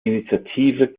initiative